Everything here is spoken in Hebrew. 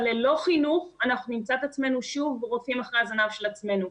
אבל ללא חינוך אנחנו נמצא את עצמנו שוב רודפים אחרי הזנב של עצמנו.